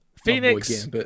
Phoenix